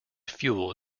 fuel